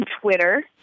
Twitter